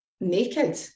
naked